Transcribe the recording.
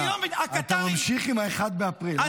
אתה ממשיך עם 1 באפריל.